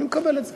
אני מקבל את זה.